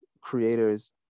creators